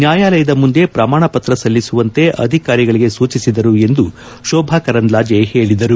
ನ್ನಾಯಾಲಯದ ಮುಂದೆ ಪ್ರಮಾಣಪತ್ರ ಸಲ್ಲಿಸುವಂತೆ ಅಧಿಕಾರಿಗಳಿಗೆ ಸೂಚಿಸಿದರು ಎಂದು ಶೋಭಾ ಕರಂದ್ಲಾಜೆ ಹೇಳಿದರು